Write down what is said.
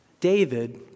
David